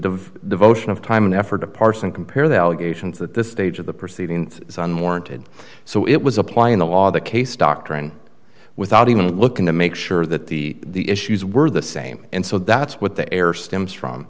the devotion of time and effort to parse and compare the allegations that this stage of the proceeding is unwarranted so it was applying the law the case doctrine without even looking to make sure that the issues were the same and so that's what the air stems from